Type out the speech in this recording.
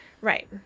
Right